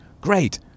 great